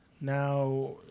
now